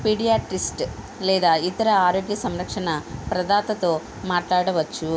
పీడియార్టిస్ట్ లేదా ఇతర ఆరోగ్య సంరక్షణ ప్రధాతతో మాట్లాడవచ్చు